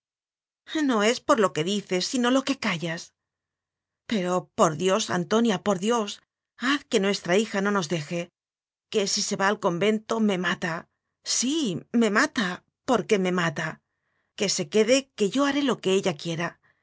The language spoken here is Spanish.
no es peor lo que dices sino lo que callas pero por dios antonia por dios haz que nuestra hija no nos deje que si se va al convento me mata sí me mata porque me mata que se quede que yo haré lo que ella quiera